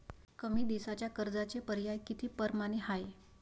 कमी दिसाच्या कर्जाचे पर्याय किती परमाने हाय?